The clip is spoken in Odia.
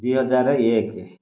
ଦୁଇ ହଜାରେ ଏକ